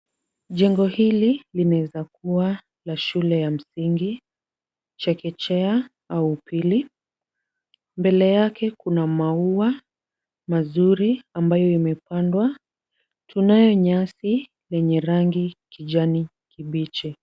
Jengo hili linaeza kuwa la shule ya msingi, chekechea au upili. Mbele yake kuna maua mazuri ambayo imepandwa. Tunaye nyasi lenye rangi kijani kibichi.